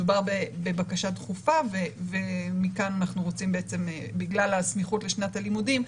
מדובר בבקשה דחופה ומכאן אנחנו רוצים בגלל הסמיכות לשנת הלימודים,